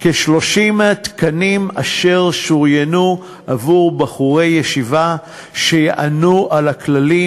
כ-30 תקנים אשר שוריינו עבור בחורי ישיבה שיענו על הכללים,